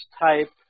type